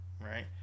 right